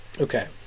Okay